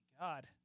God